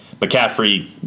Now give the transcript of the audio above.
McCaffrey